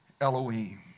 Elohim